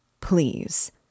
please